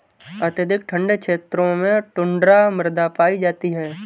अत्यधिक ठंडे क्षेत्रों में टुण्ड्रा मृदा पाई जाती है